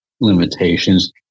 limitations